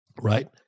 right